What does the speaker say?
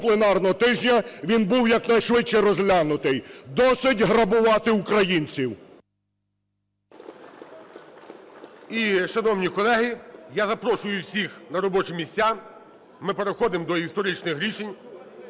пленарного тижня він був якнайшвидше розглянутий. Досить грабувати українців! ГОЛОВУЮЧИЙ. І, шановні колеги, я запрошую всіх на робочі місця. Ми переходимо до історичних рішень.